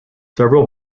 several